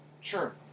Sure